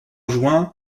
juin